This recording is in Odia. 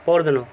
ପର୍ଦିନ